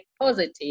positive